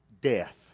death